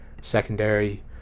secondary